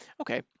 okay